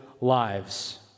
lives